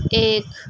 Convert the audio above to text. ایک